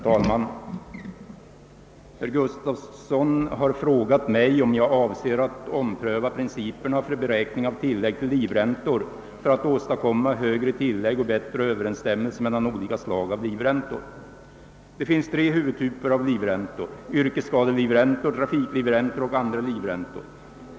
Herr talman! Herr Gustavsson i Alvesta har frågat mig om jag avser att ompröva principerna för beräkning av tillägg till livräntor för att åstadkomma högre tillägg och bättre överensstämmelse mellan olika slag av livräntor. Det finns tre huvudtyper av livrän tor: yrkesskadelivräntor, trafiklivräntor och andra livräntor.